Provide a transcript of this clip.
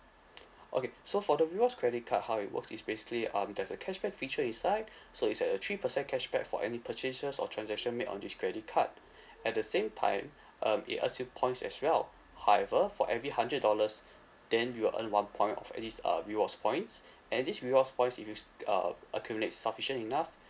okay so for the rewards credit card how it works is basically um there's a cashback feature inside so it's a uh three percent cashback for any purchases or transaction made on this credit card at the same time uh it earns you points as well however for every hundred dollars then you'll earn one point of at this uh rewards points and these rewards points if you still uh uh accumulate sufficient enough